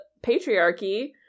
patriarchy